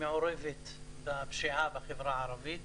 מעורבת בפשיעה בחברה הערבית.